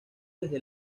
desde